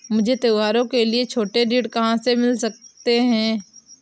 मुझे त्योहारों के लिए छोटे ऋण कहाँ से मिल सकते हैं?